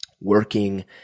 working